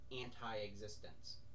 anti-existence